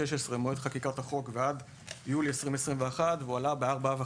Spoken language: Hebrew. ממועד חקיקת החוק באוקטובר 2016 ועד יולי 2021 הוא עלה ב-4.5%,